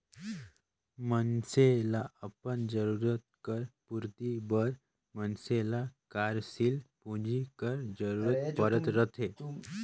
मइनसे ल अपन जरूरत कर पूरति बर मइनसे ल कारसील पूंजी कर जरूरत परत रहथे